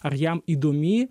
ar jam įdomi